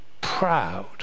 proud